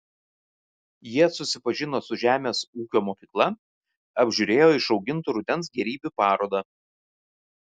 jie susipažino su žemės ūkio mokykla apžiūrėjo išaugintų rudens gėrybių parodą